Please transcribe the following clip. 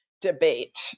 debate